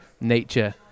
nature